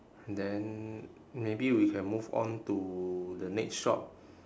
and then maybe we can move on to the next shop